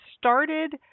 started